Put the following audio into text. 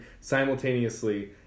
simultaneously